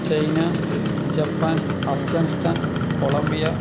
China Japan Afghanistan Columbia